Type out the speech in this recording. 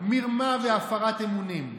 מרמה והפרת אמונים.